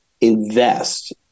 Invest